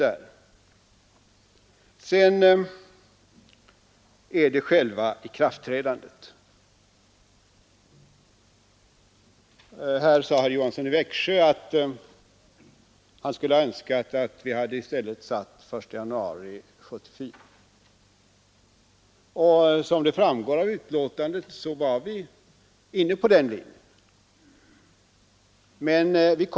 I fråga om själva ikraftträdandet sade herr Johansson i Växjö att han skulle ha önskat att vi i stället föreslagit den 1 januari 1974. Som framgår av betänkandet var vi inne på den linjen.